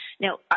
Now